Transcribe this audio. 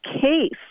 case